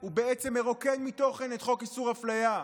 הוא בעצם מרוקן מתוכן את חוק איסור אפליה.